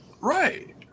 Right